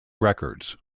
records